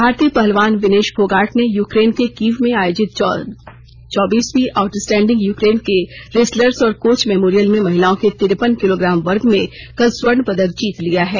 भारतीय पहलवान विनेश फोगाट ने यूक्रेन के कीव में आयोजित चौबीसवीं आउटस्टैंडिंग यूक्रेन के रेसलर्स और कोच मेमोरियल में महिलाओं के तिरपन किलोग्राम वर्ग में कल स्वर्ण पदक जी लिया है